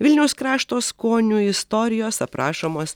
vilniaus krašto skonių istorijos aprašomos